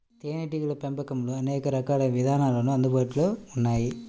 తేనీటీగల పెంపకంలో అనేక రకాలైన విధానాలు అందుబాటులో ఉన్నాయి